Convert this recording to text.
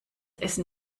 essen